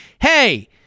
Hey